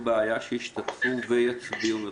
אני לא רואה בעיה שהם ישתתפו ויצביעו מרחוק.